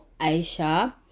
aisha